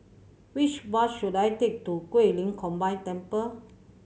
which bus should I take to Guilin Combined Temple